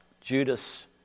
Judas